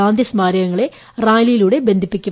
ഗാന്ധി സ്മാരകങ്ങളെ റാലിയിലൂടെ ബന്ധിപ്പിക്കും